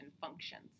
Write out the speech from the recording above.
functions